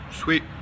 sweet